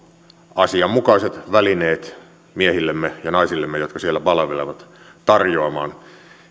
asianmukaiset välineet miehillemme ja naisillemme jotka siellä palvelevat